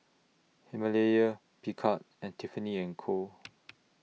Himalaya Picard and Tiffany and Co